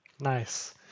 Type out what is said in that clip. Nice